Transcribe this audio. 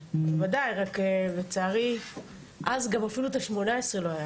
רק לצערי אז גם אפילו את ה- 18 לא היה.